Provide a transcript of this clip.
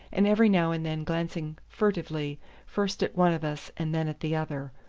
and every now and then glancing furtively first at one of us and then at the other.